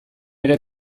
ere